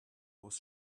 was